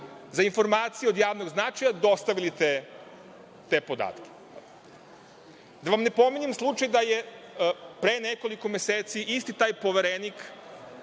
za informacije od javnog značaja dostavili te podatke. Da vam ne pominjem slučaj da je pre nekoliko meseci taj Poverenik